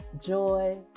joy